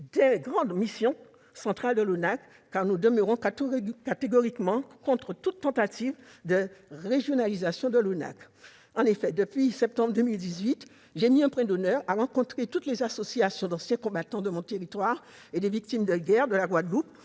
des grandes missions centrales de l'ONACVG, car nous demeurons catégoriquement opposés à toute tentative de régionalisation de l'Office. En effet, depuis septembre 2018, j'ai mis un point d'honneur à rencontrer toutes les associations d'anciens combattants et de victimes de guerre de la Guadeloupe,